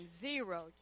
zero